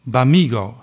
Bamigo